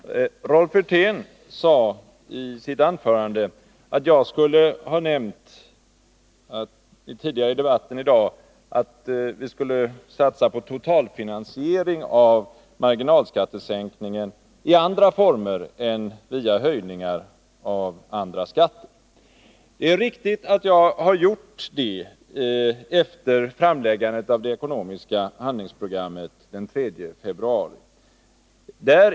Herr talman! Rolf Wirtén påstod i sitt anförande att jag tidigare i debatten skulle ha sagt att vi moderater skulle satsa på totalfinansiering av marginalskattesänkningen i andra former än via höjningar av andra skatter. Det är riktigt att jag har sagt det efter framläggandet av det ekonomiska handlingsprogrammet den 3 februari.